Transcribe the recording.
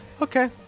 Okay